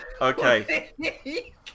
Okay